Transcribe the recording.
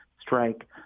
strike